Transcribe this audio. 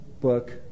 book